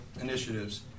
initiatives